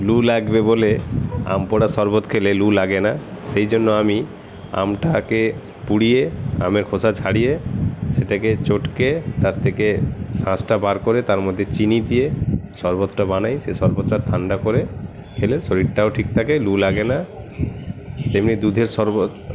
লু লাগবে বলে আম পোড়া শরবত খেলে লু লাগে না সেই জন্য আমি আমটাকে পুড়িয়ে আমের খোসা ছাড়িয়ে সেটাকে চটকে তার থেকে শাঁসটা বার করে তার মধ্যে চিনি দিয়ে শরবতটা বানাই সেই শরবতটা ঠান্ডা করে খেলে শরীরটাও ঠিক থাকে লু লাগে না তেমনি দুধের শরবত